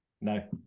No